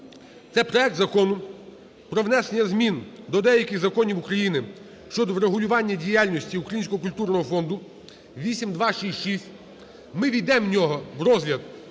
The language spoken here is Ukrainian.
це проект Закону про внесення змін до деяких законів України щодо врегулювання діяльності Українського культурного фонду (8266). Ми ввійдемо в нього, в розгляд,